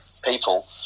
people